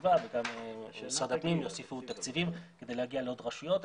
הסביבה וגם משרד הפנים יוסיפו תקציבים כדי להגיע לעוד רשויות.